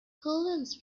collins